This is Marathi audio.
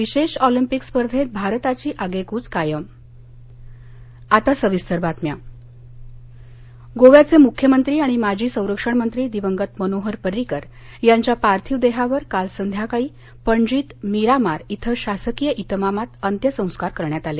विशेष ऑलिम्पिक स्पर्धेत भारताची आगेकच कायम पर्रीकर गोव्याचे मुख्यमंत्री आणि माजी संरक्षण मंत्री दिवंगत मनोहर पर्रीकर यांच्या पार्थिव देहावर काल संध्याकाळी पणजीत मिरामार इथं शासकीय इतमामात अंत्यसंस्कार करण्यात आले